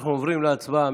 אנחנו עוברים להצבעה.